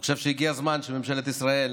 אני חושב שהגיע הזמן שממשלת ישראל